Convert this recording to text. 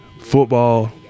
football